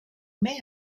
may